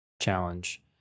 challenge